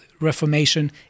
Reformation